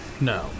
No